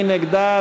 מי נגדה?